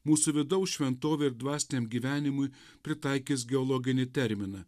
mūsų vidaus šventovę ir dvasiniam gyvenimui pritaikys geologinį terminą